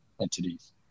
entities